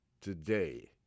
today